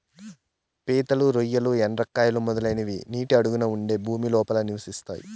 పీతలు, రొయ్యలు, ఎండ్రకాయలు, మొదలైనవి నీటి అడుగున ఉండే భూమి లోపల నివసిస్తాయి